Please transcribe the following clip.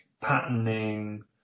patterning